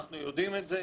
אנחנו יודעים את זה.